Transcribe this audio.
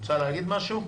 את רוצה להגיד משהו?